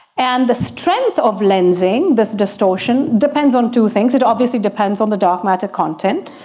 and the strength of lensing this distortion depends on two things. it obviously depends on the dark matter content,